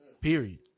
period